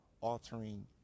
altering